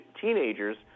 teenagers